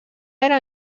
era